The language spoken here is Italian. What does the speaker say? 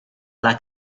alla